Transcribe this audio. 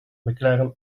mclaren